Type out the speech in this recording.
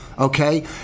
okay